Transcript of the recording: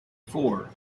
four